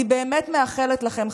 אני באמת מאחלת לכם,